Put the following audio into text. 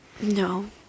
No